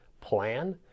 plan